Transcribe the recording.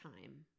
time